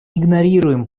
игнорируем